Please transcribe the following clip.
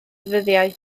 ddyddiau